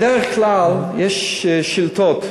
בדרך כלל יש שאילתות,